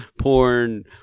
porn